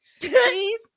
please